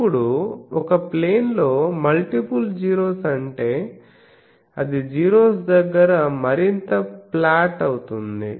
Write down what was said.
ఇప్పుడు ఒక ప్లేస్ లో మల్టిపుల్ జీరోస్ అంటే అది జీరోస్ దగ్గర మరింత ఫ్లాట్ అవుతుంది